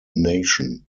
nation